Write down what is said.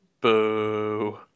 Boo